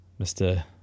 Mr